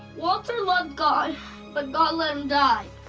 walter loved god but god let him die.